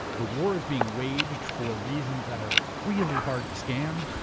the war is being waged for reasons that are really hard to scan,